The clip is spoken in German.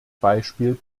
beispiel